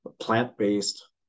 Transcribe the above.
plant-based